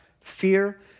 fear